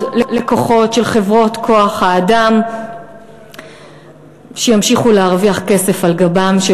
לקוחות של חברות כוח-האדם שימשיכו להרוויח כסף על גבם של